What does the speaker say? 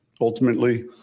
ultimately